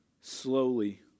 slowly